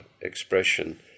expression